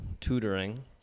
tutoring